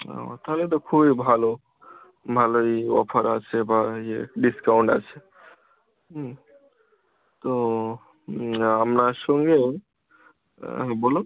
ও থাহলে তো খুবই ভালো ভালোই অফার আছে বা ইয়ে ডিসকাউন্ট আছে হুম তো আপনার সঙ্গে হ্যাঁ বলো